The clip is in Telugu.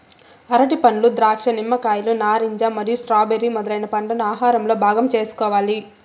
అరటిపండ్లు, ద్రాక్ష, నిమ్మకాయలు, నారింజ మరియు స్ట్రాబెర్రీ మొదలైన పండ్లను ఆహారంలో భాగం చేసుకోవాలి